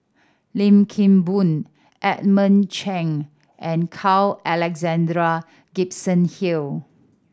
Lim Kim Boon Edmund Cheng and Carl Alexander Gibson Hill